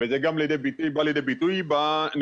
וזה בא לידי ביטוי בנתונים.